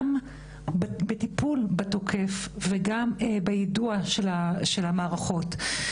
בטיפול התוקף וגם בידוע של המערכות.